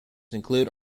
include